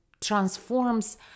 transforms